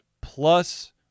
plus